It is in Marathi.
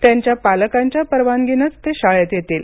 त्यांच्या पालकांच्या परवानगीनंच ते शाळेत येतील